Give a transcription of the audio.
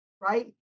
right